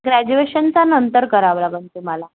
ग्रॅजुएशनच्यानंतर करावं लागंल तुम्हाला